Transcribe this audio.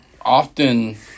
often